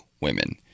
women